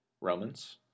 Romans